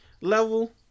level